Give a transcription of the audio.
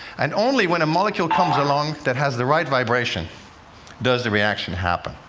and only when a molecule comes along that has the right vibration does the reaction happen,